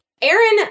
Aaron